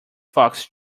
fox